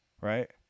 right